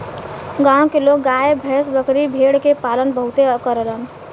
गांव के लोग गाय भैस, बकरी भेड़ के पालन बहुते करलन